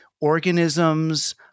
organisms